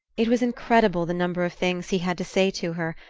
it was incredible, the number of things he had to say to her,